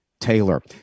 Taylor